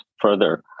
further